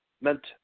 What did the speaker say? meant